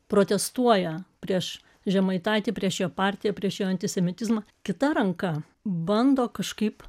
protestuoja prieš žemaitaitį prieš jo partiją prieš jo antisemitizmą kita ranka bando kažkaip